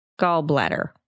gallbladder